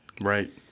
Right